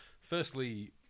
Firstly